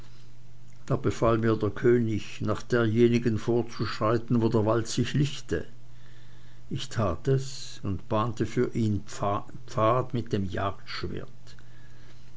da befahl mir der könig nach derjenigen vorzuschreiten wo der wald sich lichte ich tat es und bahnte für ihn pfad mit dem